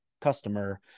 customer